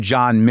John